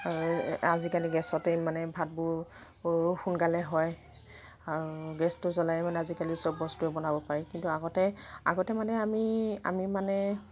আজিকালি গেছতে মানে ভাতবোৰো সোনকালে হয় আৰু গেছটো জলাই মানে আজিকালি চব বস্তুৱেই বনাব পাৰি কিন্তু আগতে আগতে মানে আমি আমি মানে